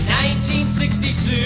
1962